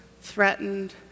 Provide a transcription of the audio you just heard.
threatened